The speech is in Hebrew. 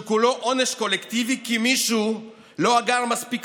שכולו עונש קולקטיבי כי מישהו לא אגר מספיק